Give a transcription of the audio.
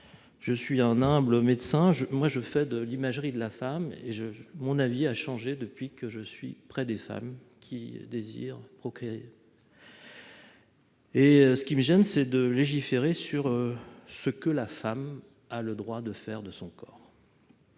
Je suis, moi, un humble médecin ; je fais de l'imagerie de la femme, et mon avis a changé depuis que je suis près des femmes qui désirent procréer. Ce qui me gêne, c'est de légiférer sur ce que la femme a le droit de faire de son corps.